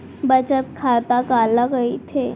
बचत खाता काला कहिथे?